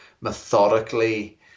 methodically